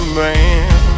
man